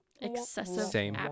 Excessive